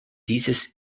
dieses